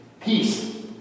peace